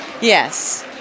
Yes